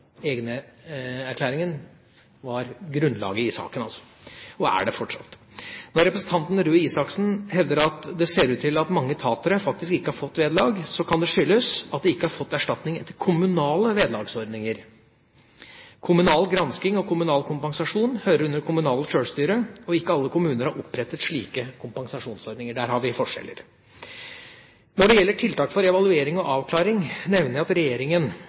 var altså grunnlaget i saken – og er det fortsatt. Når representanten Røe Isaksen hevder at det ser ut til at mange tatere faktisk ikke har fått vederlag, kan det skyldes at de ikke har fått erstatning etter kommunale vederlagsordninger. Kommunal gransking og kommunal kompensasjon hører under det kommunale sjølstyret. Ikke alle kommuner har opprettet slike kompensasjonsordninger. Der har vi forskjeller. Når det gjelder tiltak for evaluering og avklaring, nevner jeg at